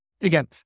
again